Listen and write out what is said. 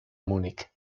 múnich